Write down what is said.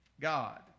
God